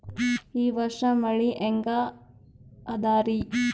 ಈ ವರ್ಷ ಮಳಿ ಹೆಂಗ ಅದಾರಿ?